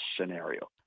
scenario